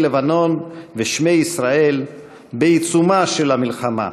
לבנון ושמי ישראל בעיצומה של המלחמה,